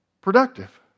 productive